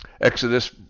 Exodus